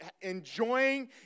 enjoying